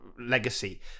legacy